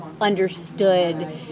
understood